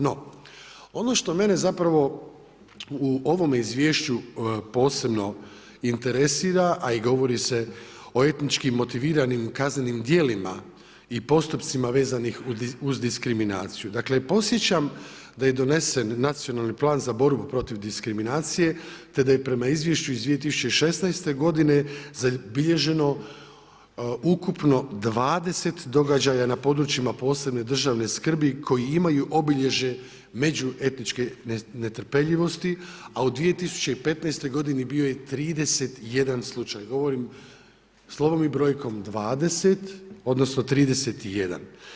No, ono što mene zapravo u ovome izvješću posebno interesira, a i govori se o etničkim motiviranim kaznenim djelima i postupcima vezanih uz diskriminaciju, dakle podsjećam da je donesen Nacionalni plan za borbu protiv diskriminacije te da je prema izvješću iz 2016. godine zabilježeno ukupno 20 događaja na područjima posebne državne skrbi koji imaju obilježje međuetničke netrpeljivosti, a u 2015. godini bio je 31 slučaj, govorim slovom i brojkom 20, odnosno 31.